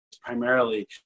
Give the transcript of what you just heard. primarily